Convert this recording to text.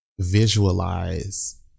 visualize